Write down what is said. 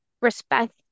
respect